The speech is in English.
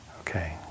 Okay